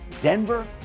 Denver